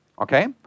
Okay